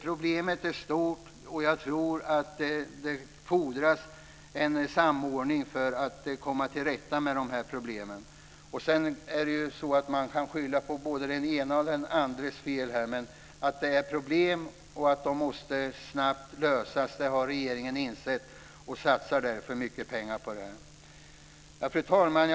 Problemen är stort, och jag tror att det fordras en samordning för att komma till rätta med dem. Man kan skylla på både den ena och andra, men regeringen har insett att problemen snabbt måste lösas, och därför satsar den mycket pengar på detta. Fru talman!